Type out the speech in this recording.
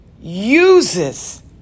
uses